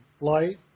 light